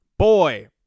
boy